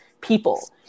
people